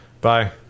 Bye